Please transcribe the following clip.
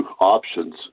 options